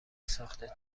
ساخته